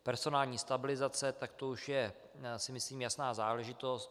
Personální stabilizace, tak to už je, myslím, jasná záležitost.